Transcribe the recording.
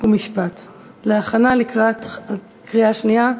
התשע"ה 2014,